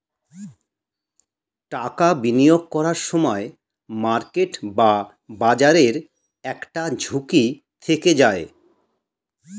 টাকা বিনিয়োগ করার সময় মার্কেট বা বাজারের একটা ঝুঁকি থেকে যায়